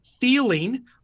feeling